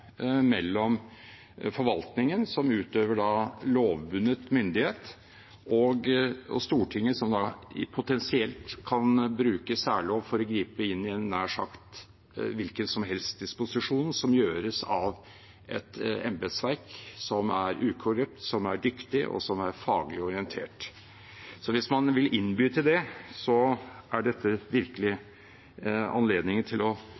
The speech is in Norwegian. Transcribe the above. mellom forvaltningen, som utøver lovbundet myndighet, og Stortinget, som potensielt kan bruke særlov for å gripe inn i en nær sagt hvilken som helst disposisjon som gjøres av et embetsverk som er ukorrupt, som er dyktig, og som er faglig orientert. Så hvis man vil innby til det, er dette virkelig anledningen til å